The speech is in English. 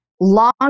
long